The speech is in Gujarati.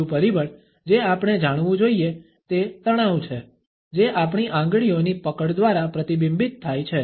બીજું પરિબળ જે આપણે જાણવું જોઈએ તે તણાવ છે જે આપણી આંગળીઓની પકડ દ્વારા પ્રતિબિંબિત થાય છે